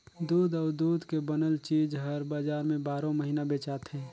दूद अउ दूद के बनल चीज हर बजार में बारो महिना बेचाथे